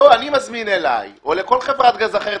אני מזמין אליי או לכל חברת גז אחרת,